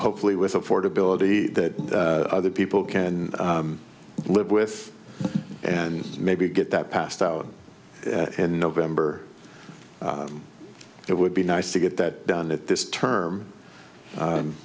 hopefully with affordability that other people can live with and maybe get that passed out in november it would be nice to get that done at this term